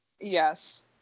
yes